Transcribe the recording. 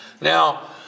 Now